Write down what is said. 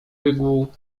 wygłu